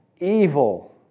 evil